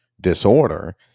disorder